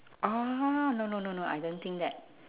orh no no no no I don't think that